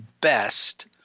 best